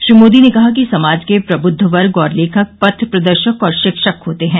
श्री मोदी ने कहा कि समाज के प्रबृद्ध वर्ग और लेखक पथ प्रदर्शक और शिक्षक होते हैं